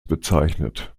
bezeichnet